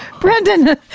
Brendan